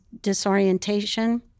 disorientation